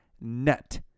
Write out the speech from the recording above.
net